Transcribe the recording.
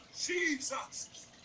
Jesus